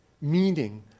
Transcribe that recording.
meaning